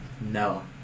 No